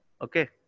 Okay